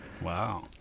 Wow